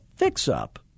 fix-up